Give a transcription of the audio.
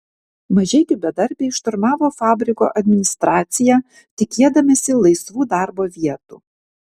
mažeikių bedarbiai šturmavo fabriko administraciją tikėdamiesi laisvų darbo vietų